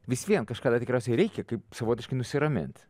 vis vien kažkada tikriausiai reikia kaip savotiškai nusiramint